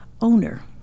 owner